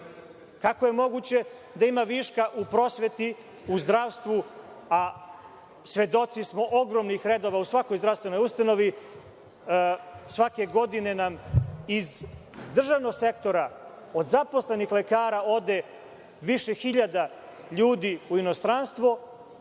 Kako je moguće da ima viška u prosveti, u zdravstvu, a svedoci smo ogromnih redova u svakoj zdravstvenoj ustanovi? Svake godine nam iz državnog sektora, od zaposlenih lekara, ode više hiljada ljudi u inostranstvo,